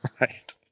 right